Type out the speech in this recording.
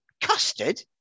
Custard